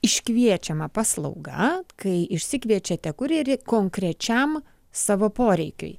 iškviečiama paslauga kai išsikviečiate kurjerį konkrečiam savo poreikiui